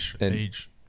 age